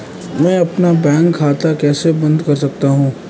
मैं अपना बैंक खाता कैसे बंद कर सकता हूँ?